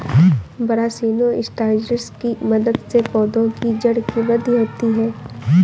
brassinosteroids की मदद से पौधों की जड़ की वृद्धि होती है